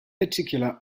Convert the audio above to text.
particular